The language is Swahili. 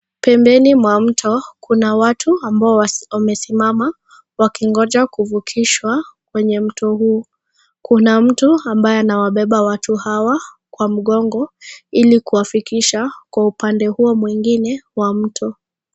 Pembeni mwa mto, kuna watu ambao wamesimama wakingoja kuvukishwa, kwenye mto huu. Kuna mtu ambaye anawabeba watu hawa kwa mgongo, ili kuwafikisha kwa upande huo mwingine wa mto.